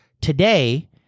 today